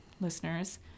listeners